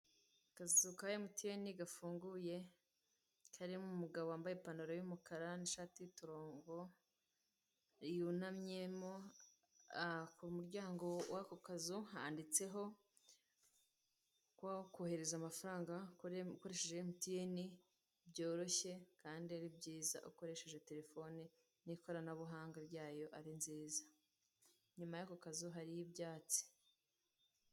Akazu ka mtn gafunguye, karimo umugabo wambaye ipantaro y'umukara n'ishati y'uturongo, yunamyemo. Ku muryango wako kazu handitseho uko wakohereza amafaranga ukoresheje mtn byoroshye kandi ari byiza, ukoresheje telefone n'ikoranabuhanga ryayo ari nziza. Inyuma y'ako kazu hariyo ibyatsi.